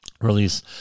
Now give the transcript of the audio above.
release